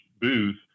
booth